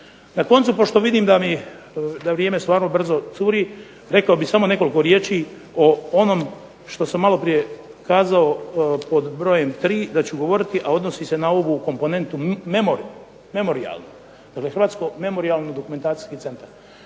Na koncu pošto vidim da vrijeme stvarno brzo curi, rekao bih samo nekoliko riječi o onom što sam malo prije kazao da ću govoriti pod brojem tri, a odnosi se na ovu komponentu memorijalnu. Dakle, Hrvatsko-memorijalno dokumentacijski centar.